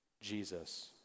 Jesus